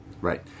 Right